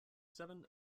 seven